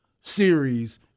series